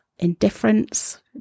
indifference